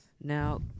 Now